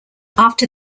after